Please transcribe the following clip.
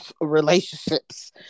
relationships